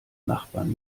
nachbarn